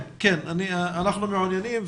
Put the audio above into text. אנחנו מעוניינים,